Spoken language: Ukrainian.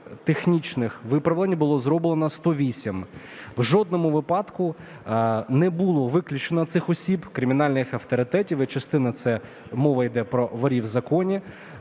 виправлень було зроблено 108. В жодному випадку не було виключено цих осіб, кримінальних авторитетів і частина, це мова йде про "ворів в законі".